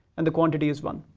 and the quantity is one.